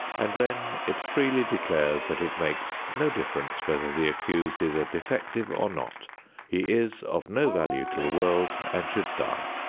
and then it freely declares that it makes no difference whether the accused is a defective or not he is of no value to the world and should die.